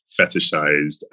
fetishized